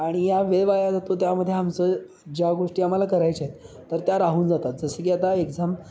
आणि या वेळ वाया जातो त्यामध्ये आमचं ज्या गोष्टी आम्हाला करायच्या आहेत तर त्या राहून जातात जसं की आता एक्झाम